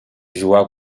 jugar